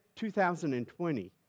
2020